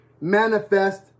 manifest